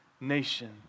nation